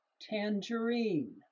tangerine